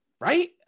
right